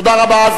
תודה רבה.